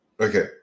Okay